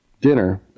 dinner